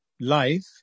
life